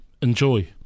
enjoy